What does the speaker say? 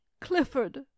clifford